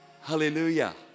hallelujah